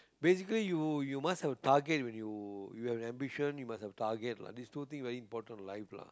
basically you you must have a target when you you have the ambition you must have target lah these two things very important in life lah